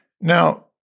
Now